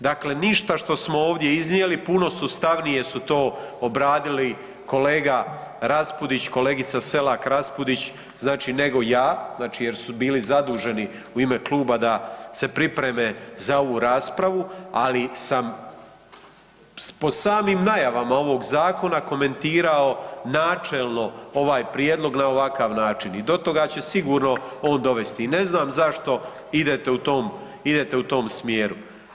Dakle, ništa što smo ovdje iznijeli puno sustavnije su to obradili kolega Raspudić, kolegica Selak RAspudić nego ja, jer su bili zaduženi u ime kluba da se pripreme za ovu raspravu, ali sam po samim najavama ovog zakona komentirao načelno ovaj prijedlog na ovakav način i do toga će sigurno on dovesti i ne znam zašto idete u tom smjeru.